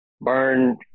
burn